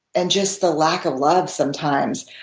and just the lack of love sometimes,